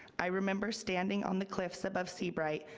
i remember standing on the cliffs above seabright,